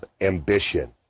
ambition